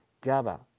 GABA